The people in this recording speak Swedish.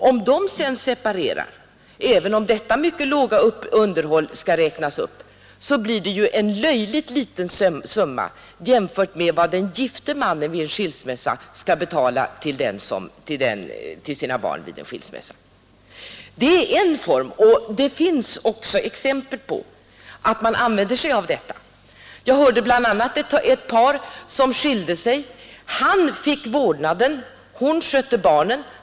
Om vederbörande sedan separerar kan det, även om detta mycket låga underhåll räknas upp, bli en löjligt liten summa jämfört med vad den gifte mannen vid en skilsmässa skall betala till sina barn. Det är en utväg, och det finns också exempel på att man använder sig av den. Jag hörde därtill talas om ett par som fick hemskillnad. Han fick vårdnaden, men hon skötte ändå barnen.